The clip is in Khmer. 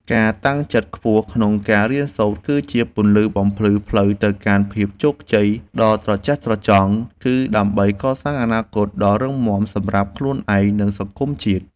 ការតាំងចិត្តខ្ពស់ក្នុងការរៀនសូត្រគឺជាពន្លឺបំភ្លឺផ្លូវទៅកាន់ភាពជោគជ័យដ៏ត្រចះត្រចង់ គឺ ដើម្បីកសាងអនាគតដ៏រឹងមាំសម្រាប់ខ្លួនឯង និង សង្គមជាតិ។